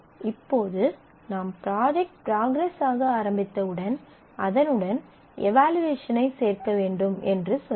இப்போது நாம் project progress ஆக ஆரம்பித்த உடன் அதனுடன் எவலுயேசனைச் சேர்க்க வேண்டும் என்று சொல்லலாம்